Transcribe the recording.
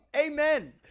Amen